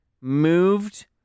moved